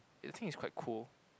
I thinks it's quite cool